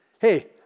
hey